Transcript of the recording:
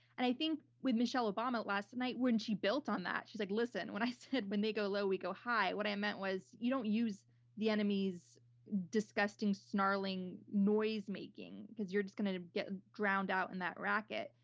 and i think, with michelle obama last night, when she built on that, she was like, listen, when i said, when they go low, low, we go high. what i meant was, you don't use the enemy's disgusting, snarling, noise-making because you're just going to get drowned out in that racket.